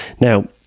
Now